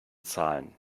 zahlen